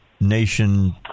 nation